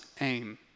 aim